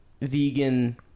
vegan